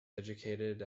educated